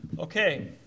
Okay